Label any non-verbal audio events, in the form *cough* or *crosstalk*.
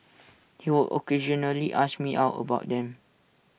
*noise* he would occasionally ask me out about them